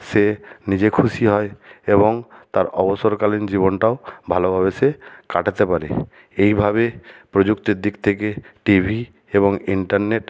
সে নিজে খুশি হয় এবং তার অবসরকালীন জীবনটাও ভালোভাবে সে কাটাতে পারে এইভাবে প্রযুক্তির দিক থেকে টিভি এবং ইন্টারনেট